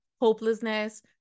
hopelessness